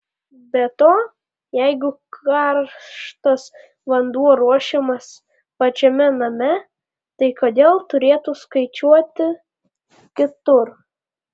be to jeigu karštas vanduo ruošiamas pačiame name tai kodėl turėtų skaičiuoti kitur